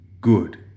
Good